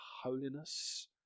holiness